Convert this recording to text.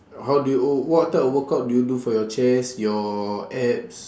how do you oh what type of workout do you do for your chest your abs